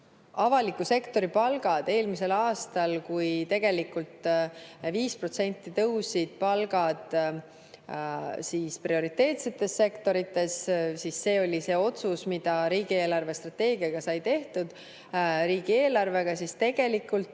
Avaliku sektori palgad eelmisel aastal, kui tegelikult 5% tõusid palgad prioriteetsetes sektorites – see oli see otsus, mis riigi eelarvestrateegia raames sai tehtud riigieelarvega –, tegelikult